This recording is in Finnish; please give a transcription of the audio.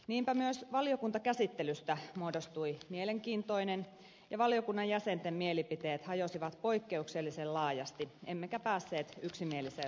niinpä myös valiokuntakäsittelystä muodostui mielenkiintoinen ja valiokunnan jäsenten mielipiteet hajosivat poikkeuksellisen laajasti emmekä päässeet yksimieliseen lopputulokseen